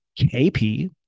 KP